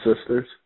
sisters